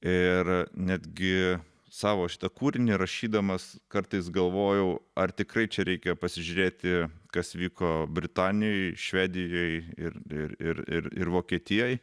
ir netgi savo šitą kūrinį rašydamas kartais galvojau ar tikrai čia reikia pasižiūrėti kas vyko britanijoj švedijoj ir ir ir ir vokietijoj